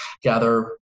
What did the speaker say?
gather